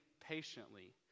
patiently